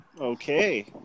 Okay